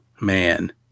man